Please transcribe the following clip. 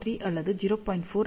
3 அல்லது 0